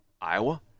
Iowa